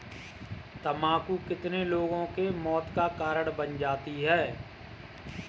तम्बाकू कितने लोगों के मौत का कारण बन जाती है